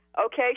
Okay